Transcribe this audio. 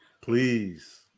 please